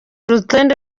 urutonde